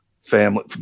family